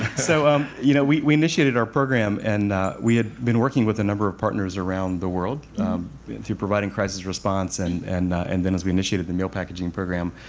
so um you know we we initiated our program and we had been working with a number of partners around the world providing crisis response, and and and then as we initiated the meal packaging program,